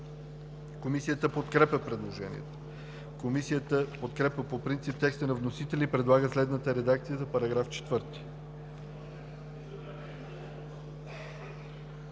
Комисията подкрепя предложението. Комисията подкрепя по принцип текста на вносителя и предлага следната редакция за § 4: „§ 4.